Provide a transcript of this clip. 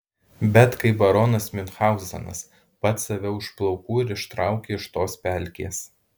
bet kaip baronas miunchauzenas pats save už plaukų ir ištrauki iš tos pelkės